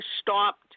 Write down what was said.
stopped